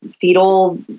fetal